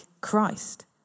Christ